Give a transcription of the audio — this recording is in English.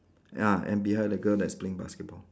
ya and behind the girl that's playing basketball